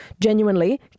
genuinely